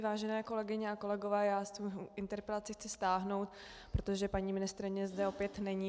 Vážené kolegyně a kolegové, já svou interpelaci chci stáhnout, protože paní ministryně zde opět není.